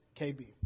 KB